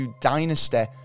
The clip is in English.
dynasty